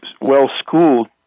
well-schooled